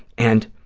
and